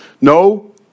No